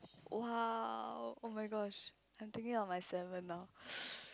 !wow! oh-my-gosh I'm thinking of my salmon now